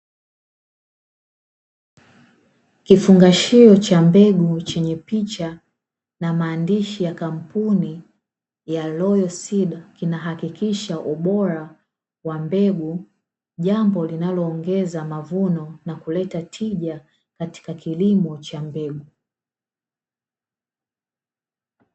Kifungashio cha mbegu chenye picha na maandishi ya kampuni ya "royal seed", kinahakikisha ubora wa mbegu jambo linaloongeza mavuno na kuleta tija katika kilimo cha mbegu.